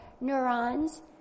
neurons